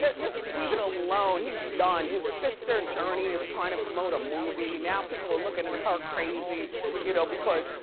just leave it alone, he's done. his sister jurnee is trying to promote a movie, now people are looking at her crazy you know because,